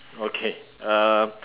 okay uh